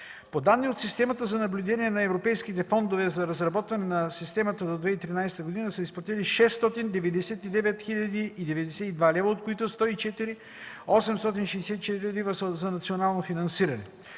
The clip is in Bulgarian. По данни от системата за наблюдение на европейските фондове за разработването на системата до 2013 г. са изплатени 699 хил. 92 лева, от които 104 хил. 864 лева са национално финансиране.